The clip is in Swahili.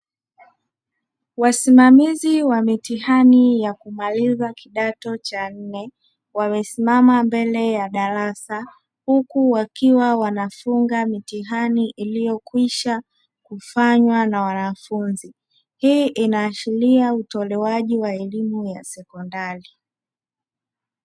Wasimamizi wa mitihani ya kumaliza kidato cha nne wamesimama mbele ya darasa, huku wakiwa wanafunga mitihani iliyokwisha kufanywa na wanafunzi, hii inaashiria utolewaji wa elimu ya sekondari.